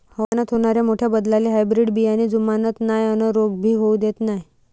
हवामानात होनाऱ्या मोठ्या बदलाले हायब्रीड बियाने जुमानत नाय अन रोग भी होऊ देत नाय